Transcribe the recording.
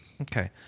Okay